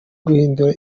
guhindura